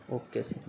okay sir